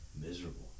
Miserable